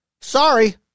sorry